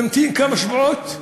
נמתין כמה שבועות?